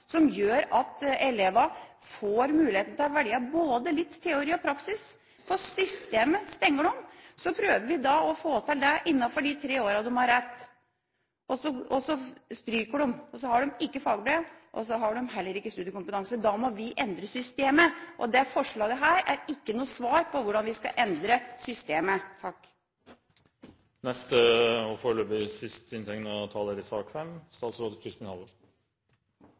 gjør at elever får mulighet til å velge både litt teori og litt praksis. Systemet hindrer dem. Vi prøver å få til dette innenfor de tre årene de har rett til videregående opplæring. Så stryker de – de har ikke fagbrev, og de har heller ikke studiekompetanse. Da må vi endre systemet. Forslaget som er fremmet her, er ikke noe svar på hvordan vi skal endre systemet. De forslagene som har vært til behandling her i